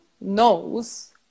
knows